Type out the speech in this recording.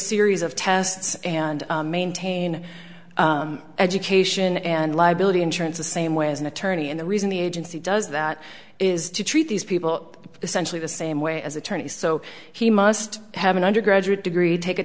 series of tests and maintain education and liability insurance the same way as an attorney and the reason the agency does that is to treat these people essentially the same way as attorneys so he must have an undergraduate degree take a